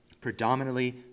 predominantly